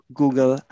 Google